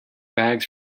bags